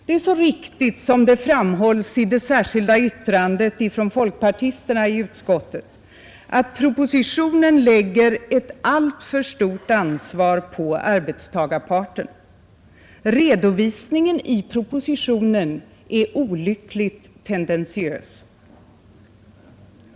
Det är så riktigt som det framhålls i det särskilda yttrandet från folkpartisterna i utskottet, att propositionen lägger alltför stort ansvar på arbetstagarparten. Redovisningen i propositionen är olyckligtvis tendentiös.